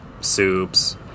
soups